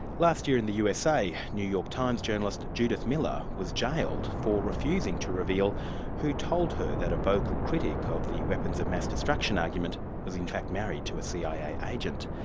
last year in the usa, new york times journalist judith miller was jailed for refusing to reveal who told her that a vocal critic of the weapons of mass destruction argument was in fact married to a cia agent.